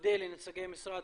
מודה לנציגי משרד